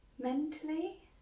mentally